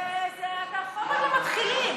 זה חומר למתחילים.